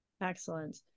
Excellent